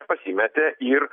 pasimetė ir